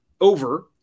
over